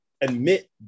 admit